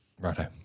Righto